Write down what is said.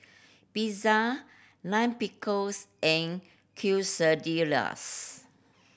Pizza Lime Pickles and Quesadillas